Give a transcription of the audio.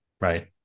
right